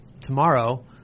tomorrow